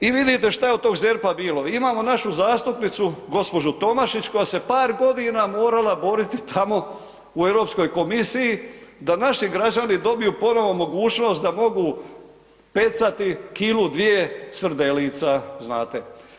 I vidite šta je od tog ZERP-a bilo, imamo našu zastupnicu gđu. Tomašić koja se par godina morala boriti tamo u Europskoj komisiji da naši građani dobiju ponovno mogućnost da mogu pecati kilu, dvije srdelica, znate.